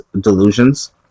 delusions